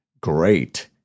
great